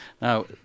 now